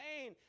pain